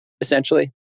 essentially